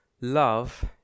Love